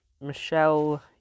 Michelle